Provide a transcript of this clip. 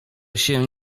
się